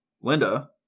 Linda